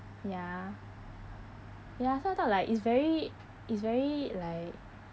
ya ya so I thought like it's very it's very like